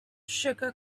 sugar